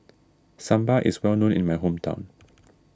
Sambar is well known in my hometown